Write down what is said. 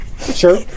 Sure